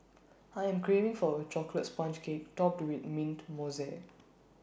I am craving for A Chocolate Sponge Cake Topped with Mint Mousse